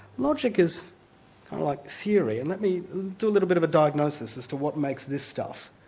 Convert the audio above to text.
logic is like theory, and let me do a little bit of a diagnosis as to what makes this stuff,